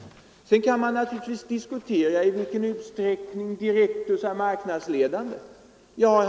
Sedan kan man naturligtvis diskutera i vilken utsträckning Direktus är marknadsledande.